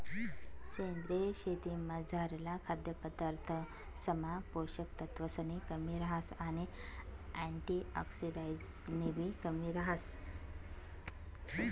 सेंद्रीय शेतीमझारला खाद्यपदार्थसमा पोषक तत्वसनी कमी रहास आणि अँटिऑक्सिडंट्सनीबी कमी रहास